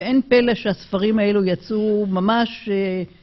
אין פלא שהספרים האלו יצאו ממש...